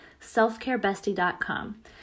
selfcarebestie.com